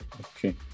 Okay